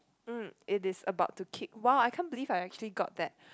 mm it is about to kick !wow! I can't believe I actually got that